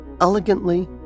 elegantly